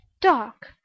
Doc